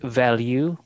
value